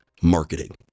marketing